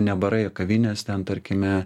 ne barai o kavinės ten tarkime